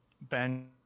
ben